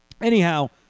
Anyhow